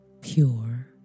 pure